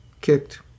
kicked